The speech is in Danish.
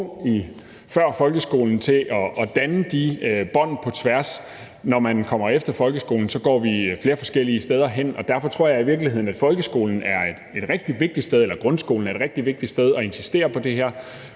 grundskolen er et rigtig vigtigt sted at insistere på det her,